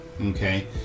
okay